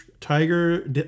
Tiger